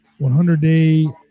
100-day